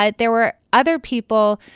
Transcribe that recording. like there were other people